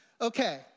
Okay